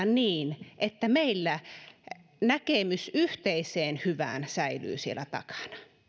niin että meillä näkemys yhteisestä hyvästä säilyy siellä takana